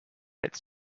its